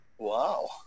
Wow